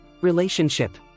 relationship